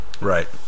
Right